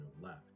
left